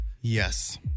Yes